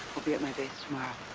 be at my base tomorrow.